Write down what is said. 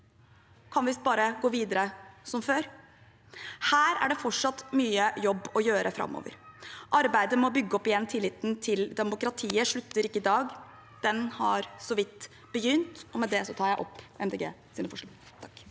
kan visst bare gå videre som før. Her er det fortsatt mye jobb å gjøre framover. Arbeidet med å bygge opp igjen tilliten til demokratiet slutter ikke i dag; det har så vidt begynt. Med det tar jeg opp Miljøpartiet De